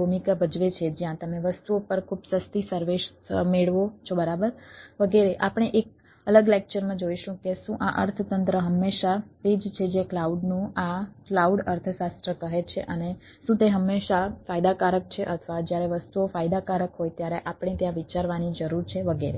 ભૂમિકા ભજવે છે જ્યારે તમે વસ્તુઓ પર ખૂબ સસ્તી સર્વિસ મેળવો છો બરાબર વગેરે આપણે એક અલગ લેક્ચરમાં જોઈશું કે શું આ અર્થતંત્ર હંમેશા તે જ છે જે ક્લાઉડનું આ ક્લાઉડ અર્થશાસ્ત્ર કહે છે અને શું તે હંમેશા ફાયદાકારક છે અથવા જ્યારે વસ્તુઓ ફાયદાકારક હોય ત્યારે આપણે ત્યાં વિચારવાની જરૂર છે વગેરે